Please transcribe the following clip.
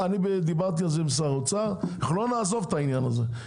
דיברתי על זה עם שר האוצר ואנחנו לא נעזוב את העניין הזה,